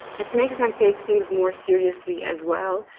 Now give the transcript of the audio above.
it makes them take things more seriously as well.